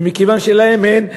ומכיוון שלהם אין,